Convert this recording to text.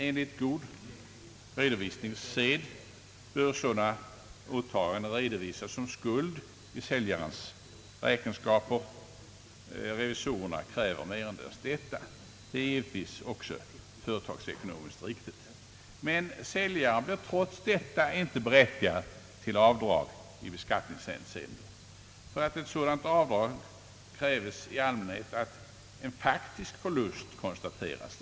Enligt god redovisningssed bör sådana åtaganden redovisas som skuld i säljarens räkenskaper — revisorerna kräver merendels detta, och det är givetvis också företagsekonomiskt riktigt. Men säljaren blir trots detta inte berättigad till avdrag i beskattningshänseende. För ett sådant avdrag kräves nämligen i allmänhet att en faktisk förlust konstaterats.